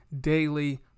Daily